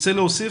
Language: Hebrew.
רוצה להוסיף,